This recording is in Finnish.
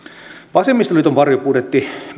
vasemmistoliiton varjobudjetti